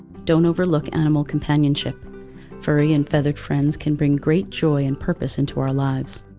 don't overlook animal companionship furry and feathered friends can bring great joy and purpose into our lives.